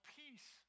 peace